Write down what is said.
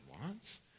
wants